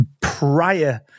prior